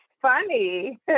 funny